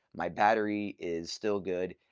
my battery is still good.